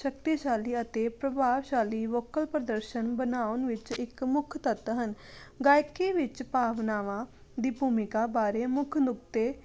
ਸ਼ਕਤੀਸ਼ਾਲੀ ਅਤੇ ਪ੍ਰਭਾਵਸ਼ਾਲੀ ਵੋਕਲ ਪ੍ਰਦਰਸ਼ਨ ਬਣਾਉਣ ਵਿੱਚ ਇੱਕ ਮੁੱਖ ਤੱਤ ਹਨ ਗਾਇਕੀ ਵਿੱਚ ਭਾਵਨਾਵਾਂ ਦੀ ਭੂਮਿਕਾ ਬਾਰੇ ਮੁੱਖ ਨੁਕਤੇ